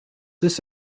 this